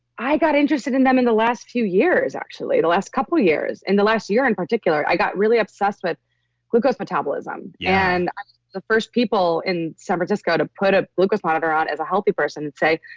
i got interested in them in the last few years, actually, the last couple of years and the last year in particular, i got really obsessed with glucose metabolism yeah and ah the first people in san francisco to put a glucose monitor on as a healthy person and say,